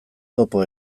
topo